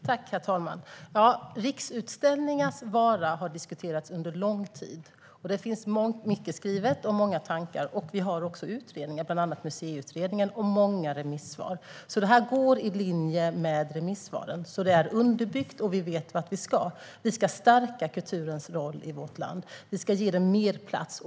Herr talman! Riksutställningars vara har diskuterats under lång tid. Det finns mycket skrivet och många tankar. Vi har också haft utredningar om detta, bland annat Museiutredningen, och många remissvar. Detta går i linje med remissvaren. Det är alltså underbyggt, och vi vet vart vi ska. Vi ska stärka kulturens roll i vårt land. Vi ska ge den mer plats.